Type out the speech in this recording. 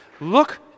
Look